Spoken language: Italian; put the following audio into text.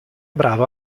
bravo